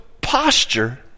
posture